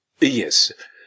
Yes